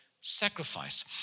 sacrifice